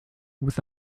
with